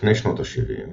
לפני שנות ה-70,